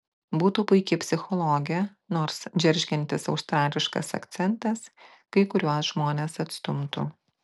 būtų puiki psichologė nors džeržgiantis australiškas akcentas kai kuriuos žmones atstumtų